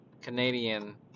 Canadian